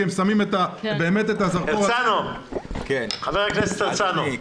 כי הם שמים באמת את הזרקור --- חבר הכנסת הרצנו.